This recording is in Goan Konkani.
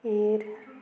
मागीर